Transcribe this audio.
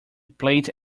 played